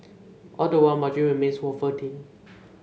all the while margin remains wafer thin